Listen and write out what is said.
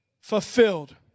Fulfilled